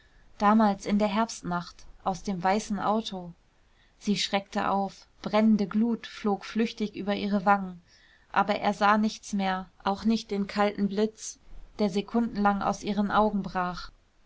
damals in der herbstnacht aus dem weißen auto sie schreckte auf brennende glut flog flüchtig über ihre wangen aber er sah nichts mehr auch nicht den kalten blitz der sekundenlang aus ihren augen brach